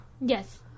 Yes